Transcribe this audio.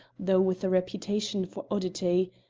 though with a reputation for oddity.